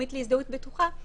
הלאומית להזדהות בטוחה,